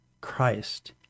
Christ